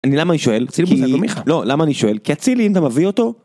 אני למה אני שואל אצילי בוזגלו מיכה לא למה אני שואל כי אצילי אם אתה מביא אותו.